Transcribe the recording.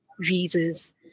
visas